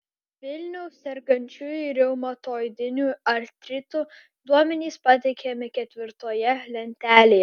vilniaus sergančiųjų reumatoidiniu artritu duomenys pateikiami ketvirtoje lentelėje